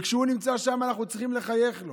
וכשהוא נמצא שם אנחנו צריכים לחייך אליו.